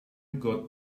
got